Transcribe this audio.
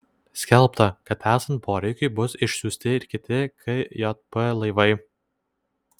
skelbta kad esant poreikiui bus išsiųsti ir kiti kjp laivai